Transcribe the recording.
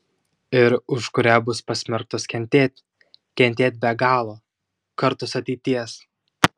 ir už kurią bus pasmerktos kentėt kentėt be galo kartos ateities